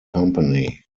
company